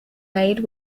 made